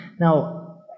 Now